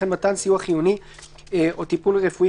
לא ניתן למנוע סיוע חיוני או טיפול רפואי